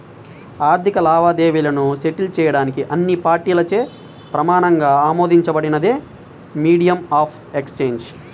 ఆర్థిక లావాదేవీలను సెటిల్ చేయడానికి అన్ని పార్టీలచే ప్రమాణంగా ఆమోదించబడినదే మీడియం ఆఫ్ ఎక్సేంజ్